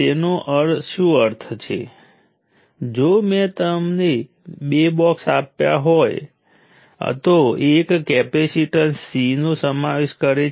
તેથી અત્યાર સુધી આપણે સામાન્ય બે ટર્મિનલ વાળા એલિમેન્ટ ઉપર વિચાર કર્યો છે